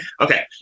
okay